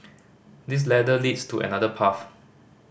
this ladder leads to another path